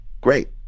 great